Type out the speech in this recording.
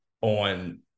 on